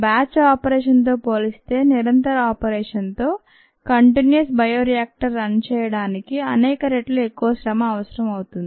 batch operation తో పోలిస్తే నిరంతర ఆపరేషన్ తో కంటిన్యూయస్ బయోరియాక్టర్ రన్ చేయడానికి అనేక రెట్లు ఎక్కువ శ్రమ అవసరం అవుతుంది